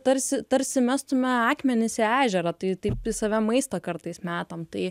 tarsi tarsi mestume akmenis į ežerą tai į save maistą kartais metam tai